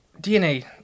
DNA